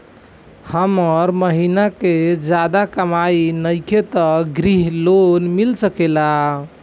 हमर महीना के ज्यादा कमाई नईखे त ग्रिहऽ लोन मिल सकेला?